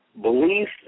belief